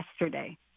yesterday